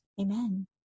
Amen